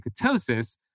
ketosis